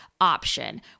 option